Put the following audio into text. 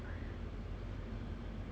so I say like I'm from